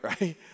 right